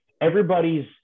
everybody's